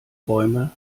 bäume